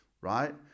right